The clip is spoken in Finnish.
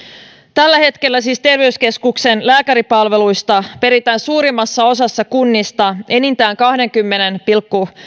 tällä hetkellä siis terveyskeskuksen lääkäripalveluista peritään suurimmassa osassa kunnista enintään kahdenkymmenen pilkku